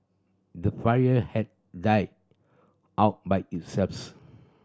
the fire had died out by it selves